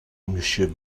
monsieur